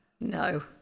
no